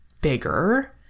bigger